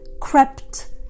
crept